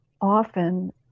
often